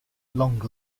long